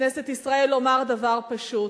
בכנסת ישראל, לומר דבר פשוט: